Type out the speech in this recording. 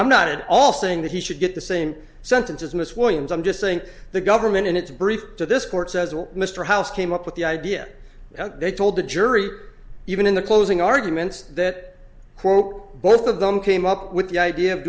i'm not at all saying that he should get the same sentence as miss williams i'm just saying the government and its brief to this court says well mr house came up with the idea they told the jury even in the closing arguments that quote both of them came up with the idea of